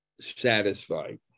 satisfied